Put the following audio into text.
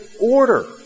order